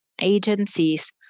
agencies